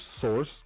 source